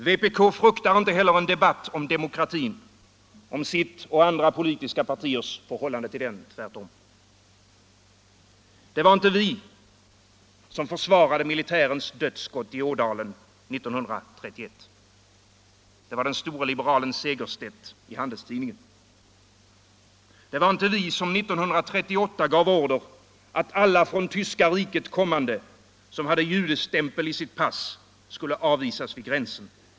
Vpk fruktar heller inte en debatt om demokratin, om sitt och andra politiska partiers förhållande till den. Tvärtom. Det var inte vi som försvarade militärens dödsskott i Ådalen 1931. Det var den store liberale Segerstedt i Handelstidningen. Det var inte vi som 1938 gav order om att alla från Tyska riket kommande som hade judestämpel i sitt pass skulle avvisas vid gränsen.